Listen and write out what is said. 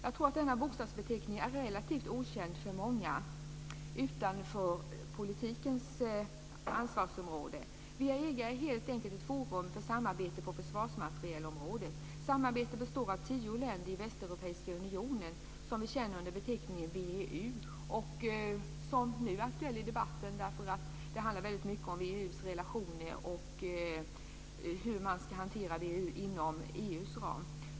Jag tror att denna bokstavsbeteckning är relativt okänd för många utanför politikens ansvarsområde. WEAG är helt enkelt ett forum för samarbete på försvarsmaterielområdet. Samarbetet består av tio länder i Västeuropeiska unionen, som vi känner under beteckningen VEU. Unionen är nu aktuell i debatten, som handlar mycket om VEU:s relationer och hur man ska hantera VEU inom EU:s ram.